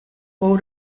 fou